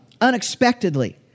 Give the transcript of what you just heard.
unexpectedly